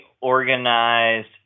organized